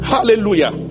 Hallelujah